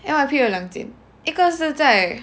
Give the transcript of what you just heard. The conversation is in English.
N_Y_P 有两间一个是在